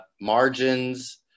margins